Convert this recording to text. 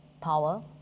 power